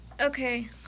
Okay